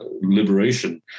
liberation